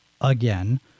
again